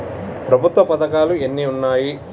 ప్రభుత్వ పథకాలు ఎన్ని ఉన్నాయి?